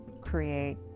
create